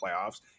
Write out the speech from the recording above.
playoffs